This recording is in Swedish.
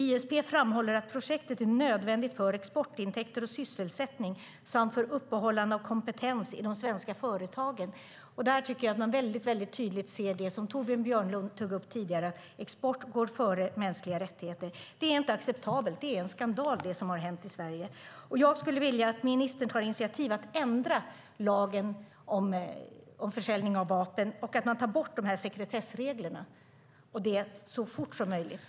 ISP framhåller att projektet är nödvändigt för exportintäkter och sysselsättning samt för upprätthållande av kompetens i de svenska företagen. Där tycker jag att man tydligt ser det som Torbjörn Björlund tog upp tidigare, nämligen att export går före mänskliga rättigheter. Det är inte acceptabelt; det är en skandal det som har hänt i Sverige. Jag vill att ministern tar initiativ till att ändra lagen om försäljning av vapen och att man tar bort sekretessreglerna så fort som möjligt.